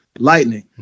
lightning